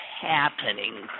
happening